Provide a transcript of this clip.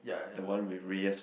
the one with Rauis right